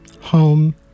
Home